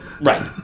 Right